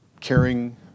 caring